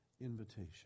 invitation